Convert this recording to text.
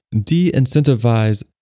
de-incentivize